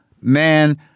man